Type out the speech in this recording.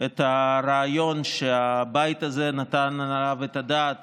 את הרעיון שהבית הזה נתן עליו את הדעת